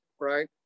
Right